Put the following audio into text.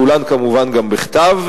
כולן כמובן גם בכתב,